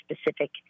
specific